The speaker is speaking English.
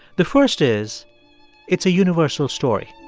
the first is it's a universal story